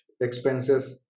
expenses